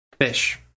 Fish